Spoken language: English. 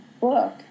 book